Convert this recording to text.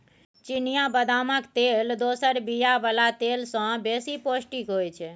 चिनियाँ बदामक तेल दोसर बीया बला तेल सँ बेसी पौष्टिक होइ छै